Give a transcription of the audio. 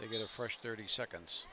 they get a fresh thirty seconds